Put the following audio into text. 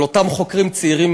על אותם חוקרים צעירים,